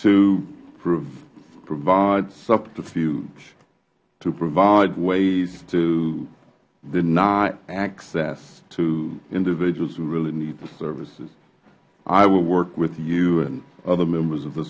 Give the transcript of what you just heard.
to provide subterfuge to provide ways to deny access to individuals who really need the services i will work with you and other members of th